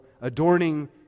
adorning